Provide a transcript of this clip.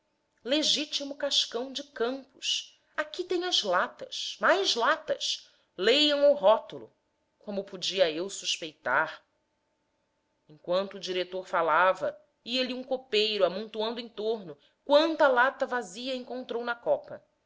legitimo cascão de campos aqui têm as latas mais latas leiam o rótulo como podia eu suspeitar enquanto o diretor falava ia-lhe um copeiro amontoando em torno quanta lata vazia encontrou na copa